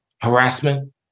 harassment